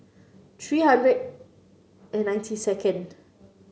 three hundred and ninety second